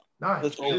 Nice